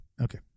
Okay